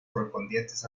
correspondientes